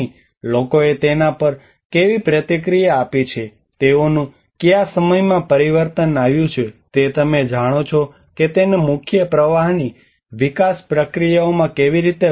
લોકોએ તેના પર કેવી પ્રતિક્રિયા આપી છે તેઓનુ કયા સમયમાં પરિવર્તન આવ્યું છે તે તમે જાણો છો કે તેને મુખ્ય પ્રવાહની વિકાસ પ્રક્રિયાઓમાં કેવી રીતે બનાવવું